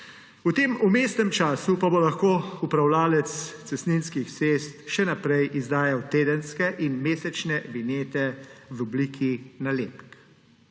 V tem vmesnem času pa bo lahko upravljavec cestninskih cest še naprej izdajal tedenske in mesečne vinjete v obliki nalepk.